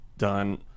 Done